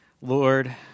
Lord